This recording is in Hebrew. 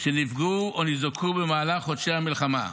שנפגעו או ניזוקו במהלך חודשי המלחמה.